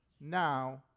now